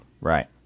Right